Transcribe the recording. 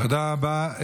תודה רבה.